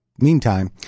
Meantime